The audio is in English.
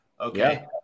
Okay